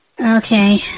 Okay